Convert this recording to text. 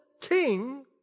king